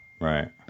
Right